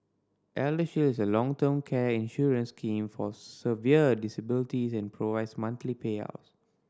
ElderShield is a long term care insurance scheme for severe disability and provides monthly payouts